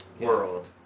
world